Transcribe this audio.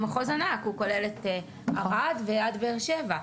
הוא מחוז ענק: הוא כולל את ערד ועד באר שבע.